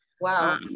Wow